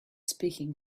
speaking